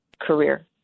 career